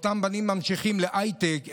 אותם בנים ממשיכים להייטק,